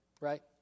right